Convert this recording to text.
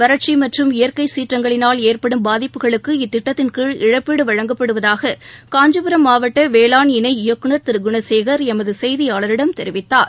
வறட்சி மற்றும் இயற்கை சீற்றங்களினால் ஏற்படும் பாதிப்புகளுக்கு இத்திட்டத்தின்கீழ் இழப்பீடு வழங்கப்படுவதாக காஞ்சிபுரம் மாவட்ட வேளாண் இணை இயக்குநர் திரு குணகேகர் எமது செய்தியாளரிடம் தெரிவித்தார்